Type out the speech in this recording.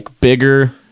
bigger